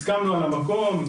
הסכמנו על המקום,